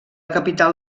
capital